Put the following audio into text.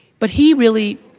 but he really,